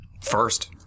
First